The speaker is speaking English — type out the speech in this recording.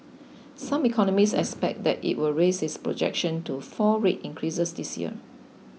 some economists expect that it will raise its projection to four rate increases this year